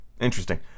Interesting